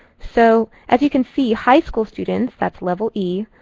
so, as you can see, high school students, that's level e,